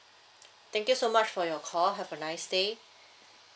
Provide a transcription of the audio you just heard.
thank you so much for your call have a nice day